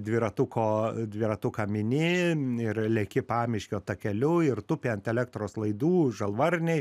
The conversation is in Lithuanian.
dviratuko dviratuką mini ir leki pamiškio takeliu ir tupi ant elektros laidų žalvarniai